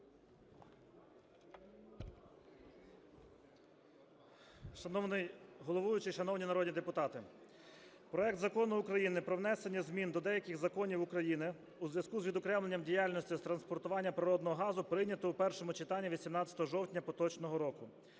Шановний головуючий, шановні народні депутати! Проект Закону про внесення змін до деяких законів України у зв'язку з відокремленням діяльності з транспортування природного газу прийнято у першому читанні 18 жовтня поточного року.